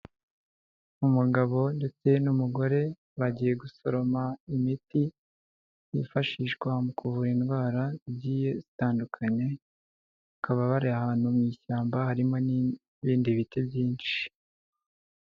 Umugabo ndetse n'umugore bagiye gusoroma imiti yifashishwa mu kuvura indwara zigiye zitandukanye, bakaba bari ahantu mu ishyamba harimo n'ibindi biti byinshi.